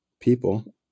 People